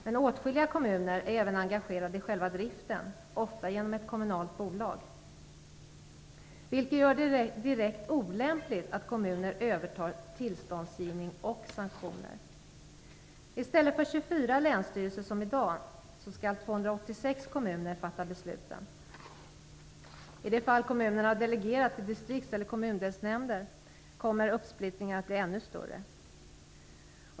Men åtskilliga kommuner är även engagerade i själva driften, ofta genom ett kommunalt bolag, vilket gör det direkt olämpligt att kommuner övertar tillståndsgivning och sanktioner. kommuner fatta besluten. I de fall kommunerna delegerat till distrikts eller kommundelsnämnder kommer uppsplittringen att bli ännu större.